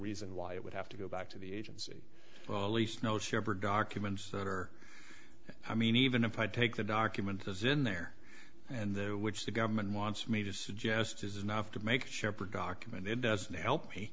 reason why it would have to go back to the agency least no shepherd documents that are i mean even if i take the document is in there and there which the government wants me to suggest is enough to make a shepherd document it doesn't help